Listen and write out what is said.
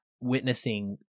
witnessing